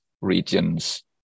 regions